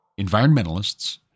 environmentalists